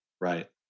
right